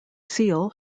seal